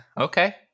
Okay